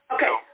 Okay